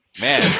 Man